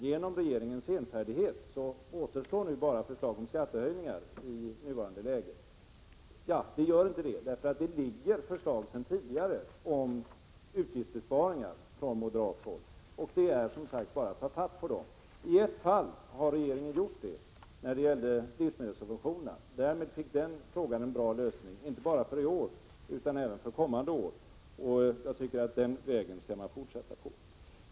Genom regeringens senfärdighet återstår i nuvarande läge i stort sett bara förslag om skattehöjningar; det ligger dock förslag sedan tidigare om utgiftsbesparingar från moderat håll, och det är bara att ta fatt i dem. I ett fall har regeringen gjort det, nämligen när det gällde livsmedelssubventionerna. Därmed fick den frågan en bra lösning, inte bara för i år utan även för kommande år, och jag tycker man skall fortsätta på den vägen.